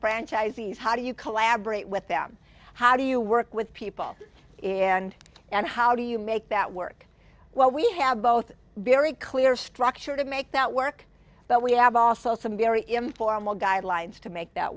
franchisees how do you collaborate with them how do you work with people and how do you make that work well we have both very clear structure to make that work but we have also some very informal guidelines to make that